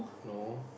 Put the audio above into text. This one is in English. no